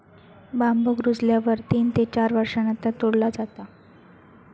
बांबुक रुजल्यावर तीन ते चार वर्षांनंतर तोडला जाता